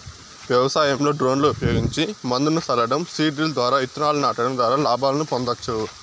వ్యవసాయంలో డ్రోన్లు ఉపయోగించి మందును సల్లటం, సీడ్ డ్రిల్ ద్వారా ఇత్తనాలను నాటడం ద్వారా లాభాలను పొందొచ్చు